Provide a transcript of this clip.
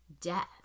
death